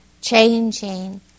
changing